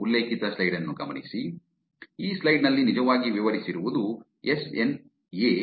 ಆದ್ದರಿಂದ ಈ ಸ್ಲೈಡ್ ನಲ್ಲಿ ನಿಜವಾಗಿ ವಿವರಿಸಿರುವುದು ಎಸ್ಎನ್ ಎ